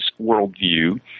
worldview